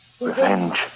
revenge